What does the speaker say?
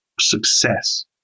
success